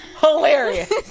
hilarious